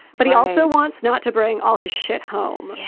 but he also wants not to bring all his shit home. yeah